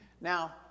Now